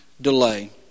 delay